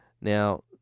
Now